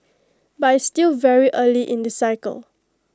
but it's still very early in the cycle